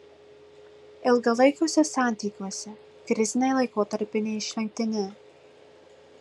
ilgalaikiuose santykiuose kriziniai laikotarpiai neišvengtini